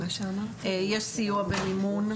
יש סיוע במימון,